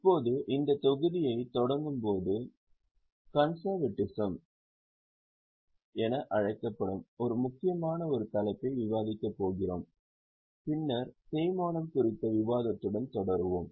இப்போது இந்த தொகுதியைத் தொடங்கும்போது கன்செர்வேட்டிசம் என அழைக்கப்படும் மிக முக்கியமான ஒரு தலைப்பை விவாதிக்கப் போகிறோம் பின்னர் தேய்மானம் குறித்த விவாதத்துடன் தொடருவோம்